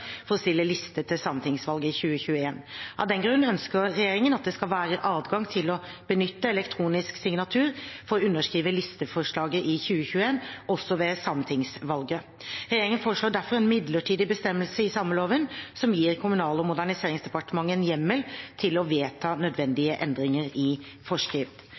for å stille liste til sametingsvalget i 2021. Av den grunn ønsker regjeringen at det skal være adgang til å benytte elektronisk signatur for å underskrive listeforslag i 2021, også ved sametingsvalget. Regjeringen foreslår derfor en midlertidig bestemmelse i sameloven som gir Kommunal- og moderniseringsdepartementet en hjemmel til å vedta nødvendige endringer i forskrift.